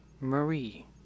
Marie